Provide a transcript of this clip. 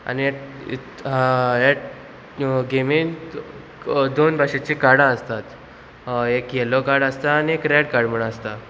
आनी गेमींत दोन भाशेची कार्डां आसतात एक येलो कार्ड आसता आनी एक रेड कार्ड म्हूण आसता